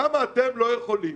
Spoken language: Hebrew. למה אתם לא יכולים